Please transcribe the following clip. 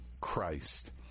Christ